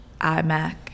iMac